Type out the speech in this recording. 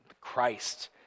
Christ